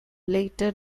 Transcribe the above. later